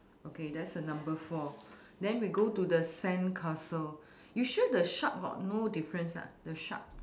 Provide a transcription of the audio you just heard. okay that's a number four then we go to sandcastle you sure the shark got no difference ah the shark